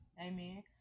Amen